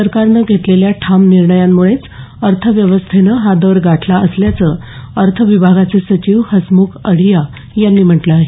संरकारनं घेतलेल्या ठाम निर्णयांमुळेच अर्थव्यवस्थेनं हा दर गाठला असल्याचं अर्थ विभागाचे सचिव हसमुख अधिया यांनी म्हटलं आहे